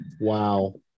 Wow